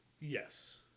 Yes